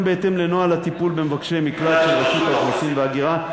וגם בהתאם לנוהל הטיפול במבקשי מקלט של רשות האוכלוסין וההגירה,